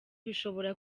bishobora